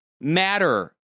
matter